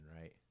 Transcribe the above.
right